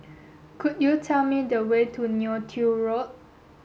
could you tell me the way to Neo Tiew Road